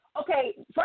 Okay